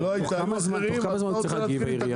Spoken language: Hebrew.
תוך כמה צריכים להגיב, העירייה?